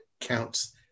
counts